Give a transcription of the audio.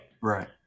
right